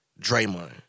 Draymond